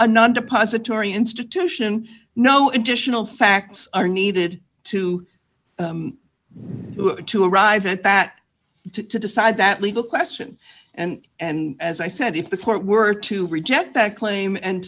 a non depository institution no additional facts are needed to arrive at that to decide that legal question and and as i said if the court were to reject that claim and